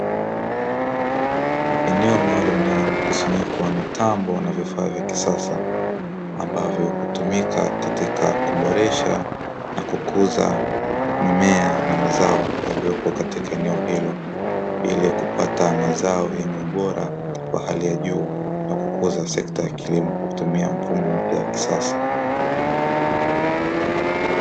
Eneo maalumu, lenye mkusanyiko wa mitambo na vifaa vya kisasa, ambavyo hutumika katika kuboresha na kukuza mimea na mazao yaliyopo katika eneo hilo ilikupata mazao yenye ubora wa hali ya juu na kukuza sekta ya kilimo kutumia mfumo mpya wa kisasa.